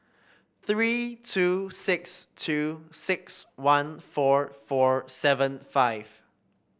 three two six two six one four four seven five